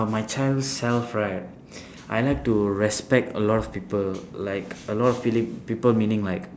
my child self right I like to respect a lot of people like a lot feeling people meaning like